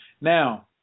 Now